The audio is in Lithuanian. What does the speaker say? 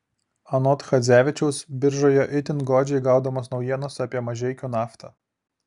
anot chadzevičiaus biržoje itin godžiai gaudomos naujienos apie mažeikių naftą